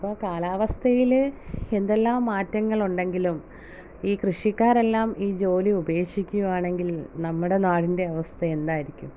അപ്പം കാലാവസ്ഥയിൽ എന്തെല്ലാം മാറ്റങ്ങളുണ്ടെങ്കിലും ഈ കൃഷിക്കാരെല്ലാം ഈ ജോലി ഉപേക്ഷിക്കുവാണെങ്കിൽ നമ്മുടെ നാടിൻറ്റെ അവസ്ഥ എന്തായിരിക്കും